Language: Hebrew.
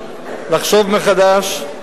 לחשוב מחדש,